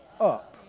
up